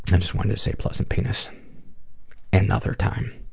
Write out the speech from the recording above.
i just wanted to say pleasant penis another time.